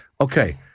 Okay